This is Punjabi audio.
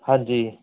ਹਾਂਜੀ